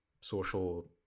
social